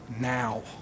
now